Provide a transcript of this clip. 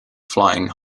flying